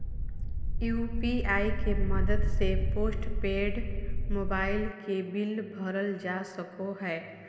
UPI के मदद से पोस्टपेड मोबाइल के बिल भरल जा सको हय